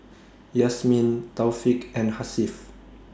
Yasmin Taufik and Hasif